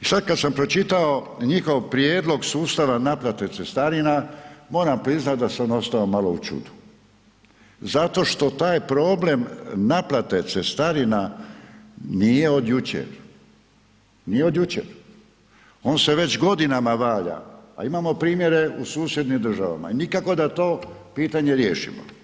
i sad kad sam pročitao njihov prijedlog sustava naplate cestarina, moram priznat da sam ostao malo u čudu zato što taj problem naplate cestarina nije od jučer, nije od jučer, on se već godinama valja a imamo primjere u susjednim državama, nikako da to pitanje riješimo.